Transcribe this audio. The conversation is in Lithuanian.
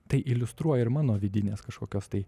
tai iliustruoja ir mano vidinės kažkokios tai